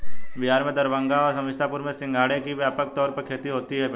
बिहार में दरभंगा और समस्तीपुर में सिंघाड़े की व्यापक तौर पर खेती होती है पिंटू